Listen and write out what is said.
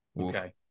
okay